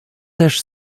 też